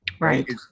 right